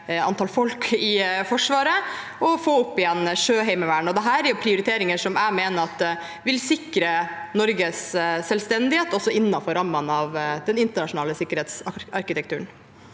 antall folk i Forsvaret og få opp igjen Sjøheimevernet. Dette er prioriteringer som jeg mener vil sikre Norges selvstendighet også innenfor rammene av den internasjonale sikkerhetsarkitekturen.